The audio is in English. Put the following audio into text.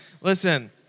listen